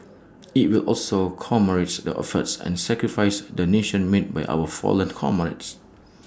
IT will also commemorate the efforts and sacrifices the nation made by our fallen comrades